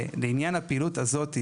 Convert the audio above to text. לעניין הפעילות הזאת,